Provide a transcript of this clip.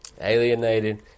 alienated